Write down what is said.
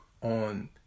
on